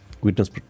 witness